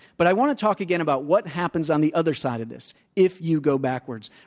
but i want to talk again about what happens on the other side of this if you go backwards.